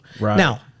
Now